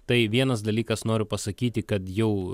tai vienas dalykas noriu pasakyti kad jau